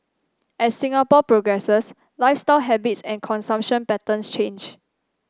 as Singapore progresses lifestyle habits and consumption patterns change